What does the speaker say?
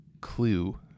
clue